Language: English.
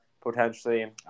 potentially